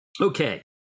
Okay